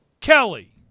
Kelly